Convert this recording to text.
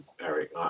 Eric